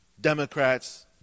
Democrats